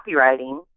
Copywriting